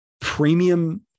premium